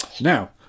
Now